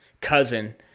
cousin